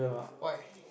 why